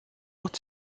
wird